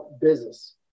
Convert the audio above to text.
business